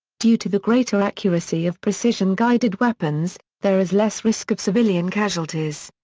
due to the greater accuracy of precision guided weapons, there is less risk of civilian casualties.